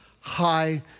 high